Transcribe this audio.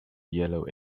yellow